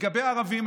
לגבי הערבים,